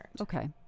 okay